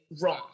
wrong